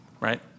Right